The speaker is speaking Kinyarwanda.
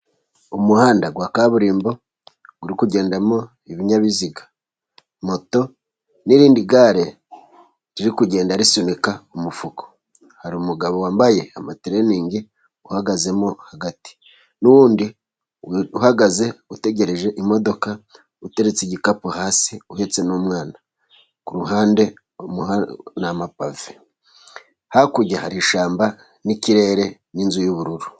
Umuhanda wa kaburimbo uri kugendamo ibinyabiziga, moto n'irindi gare riri kugenda risunika umufuko. Hari umugabo wambaye amatiriningi uhagaze mo hagati, n'uwundi uhagaze utegereje imodoka, uteretse igikapu hasi uhetse n'umwana. Ku ruhande ni amapave, hakurya hari ishyamba n'ikirere, n'inzu y'ubururu.